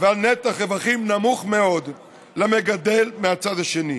ועל נתח רווחים נמוך למגדל מהצד השני.